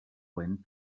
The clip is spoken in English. went